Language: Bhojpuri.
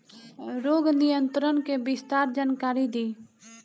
रोग नियंत्रण के विस्तार जानकारी दी?